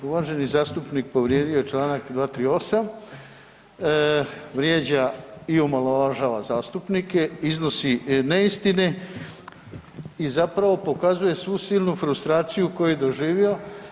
Uvaženi zastupnik povrijedio je čl. 238. vrijeđa i omalovažava zastupnike, iznosi neistine i zapravo pokazuje svu silnu frustraciju koju je doživio.